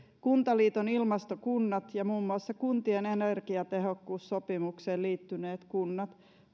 kuntaliiton ilmastokunnat ja muun muassa kuntien energiatehokkuussopimukseen liittyneet kunnat